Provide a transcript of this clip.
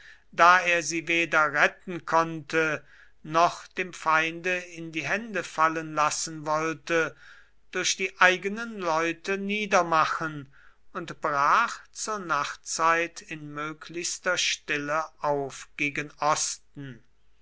da er sie weder retten konnte noch dem feinde in die hände fallen lassen wollte durch die eigenen leute niedermachen und brach zur nachtzeit in möglichster stille auf gegen osten